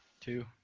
two